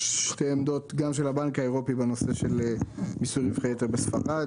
שתי עמדות גם של הבנק האירופי בנושא של מיסוי רווחי יתר בספרד,